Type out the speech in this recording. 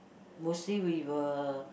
mostly we will